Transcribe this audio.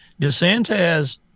DeSantis